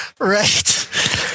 right